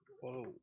Whoa